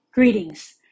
Greetings